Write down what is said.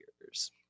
years